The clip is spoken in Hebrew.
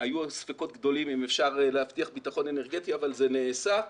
היו אז ספקות גדולים אם אפשר להבטיח ביטחון אנרגטי אבל זה נעשה.